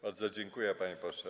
Bardzo dziękuję, panie pośle.